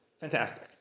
Fantastic